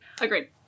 Agreed